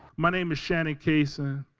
my name is shannon cason,